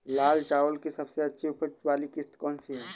लाल चावल की सबसे अच्छी उपज वाली किश्त कौन सी है?